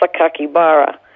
Sakakibara